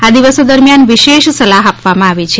આ દિવસો દરમિયાન વિશેષ સલાહ આપવામાં આવી છે